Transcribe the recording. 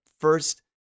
first